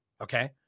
Okay